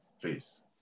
Please